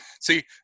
See